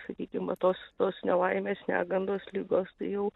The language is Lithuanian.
sakykim va tos tos nelaimės negandos ligos tai jau